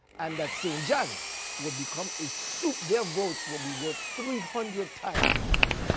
and that st. john will become a so their votes will be worth three hundred times mine.